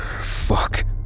Fuck